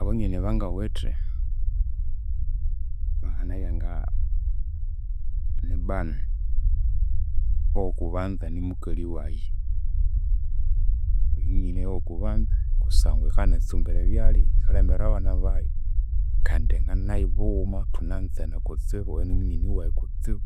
Abanyoni abangawithe banginabya ghaba nibani, oghokubanza nikuli wayi, oyo niyoghukubanza kusangwa yikanyitsumbira ebyalya, yikalembera abana bayi kandi nganinayu bughuma thunanzene kutsibu, oyo nimunyoni wayi kutsibu.